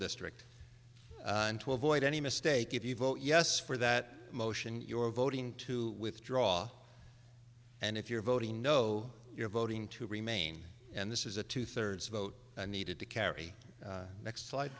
district and to avoid any mistake if you vote yes for that motion your voting to withdraw and if you're voting no you're voting to remain and this is a two thirds vote needed to carry next sli